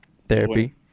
therapy